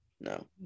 No